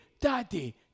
Daddy